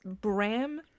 bram